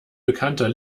bekannter